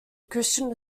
christian